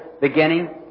beginning